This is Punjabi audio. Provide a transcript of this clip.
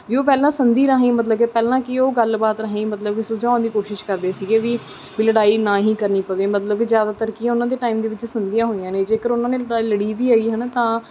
ਵੀ ਉਹ ਪਹਿਲਾਂ ਸੰਧੀ ਰਾਹੀਂ ਮਤਲਬ ਕਿ ਪਹਿਲਾਂ ਕੀ ਉਹ ਗੱਲਬਾਤ ਰਾਹੀਂ ਮਤਲਬ ਕਿ ਸੁਲਝਾਉਣ ਦੀ ਕੋਸ਼ਿਸ਼ ਕਰਦੇ ਸੀਗੇ ਵੀ ਵੀ ਲੜਾਈ ਨਾ ਹੀ ਕਰਨੀ ਪਵੇ ਮਤਲਬ ਕਿ ਜ਼ਿਆਦਾਤਰ ਕੀ ਹੈ ਉਨ੍ਹਾਂ ਦੇ ਟਾਈਮ ਦੇ ਵਿੱਚ ਸੰਧੀਆਂ ਹੋਈਆਂ ਨੇ ਜੇਕਰ ਉਨ੍ਹਾਂ ਨੇ ਲੜਾਈ ਲੜੀ ਵੀ ਹੈਗੀ ਹੈ ਨਾ ਤਾਂ